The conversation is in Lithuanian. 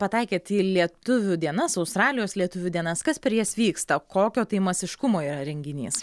pataikėt į lietuvių dienas australijos lietuvių dienas kas per jas vyksta kokio tai masiškumo yra renginys